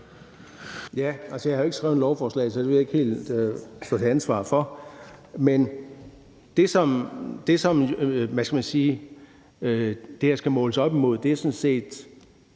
(EL): Jeg har ikke skrevet lovforslaget selv, så det vil jeg ikke helt stå til ansvar for. Men det, som det her skal måles op imod, er sådan set